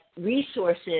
resources